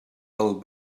pel